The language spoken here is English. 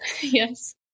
Yes